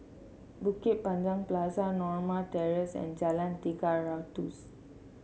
Bukit Panjang Plaza Norma Terrace and Jalan Tiga Ratus